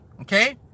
okay